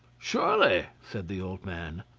surely, said the old man,